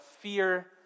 fear